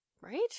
Right